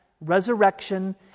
resurrection